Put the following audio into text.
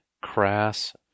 crass